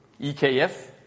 EKF